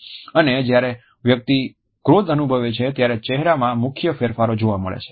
અને જ્યારે વ્યક્તિ ક્રોધ અનુભવે છે ત્યારે ચહેરામા મુખ્ય ફેરફારો જોવા મળે છે